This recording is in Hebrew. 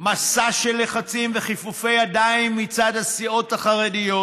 מסע של לחצים וכיפופי ידיים מצד הסיעות החרדיות